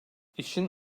i̇şin